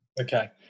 Okay